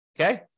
okay